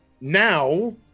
now